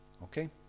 Okay